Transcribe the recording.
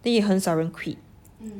因为很少人 quit